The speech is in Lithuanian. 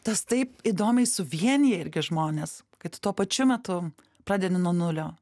tas taip įdomiai suvienija žmones kai tu tuo pačiu metu pradeda nuo nulio